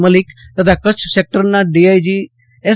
મલિક તથા કરછ સેકટરના DIG S